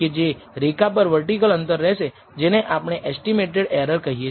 જે રેખા પર વર્ટિકલ અંતર હશે જેને આપણે એસ્ટીમેટેડ એરર કહીએ છીએ